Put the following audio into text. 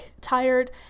tired